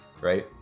right